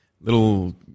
little